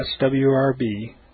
swrb